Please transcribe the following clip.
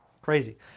crazy